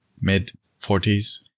mid-40s